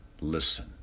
Listen